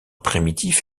primitif